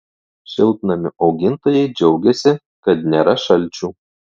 šiltnamių augintojai džiaugiasi kad nėra šalčių